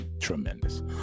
Tremendous